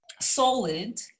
solid